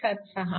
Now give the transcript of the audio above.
176 A